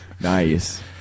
nice